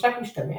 ממשק משתמש.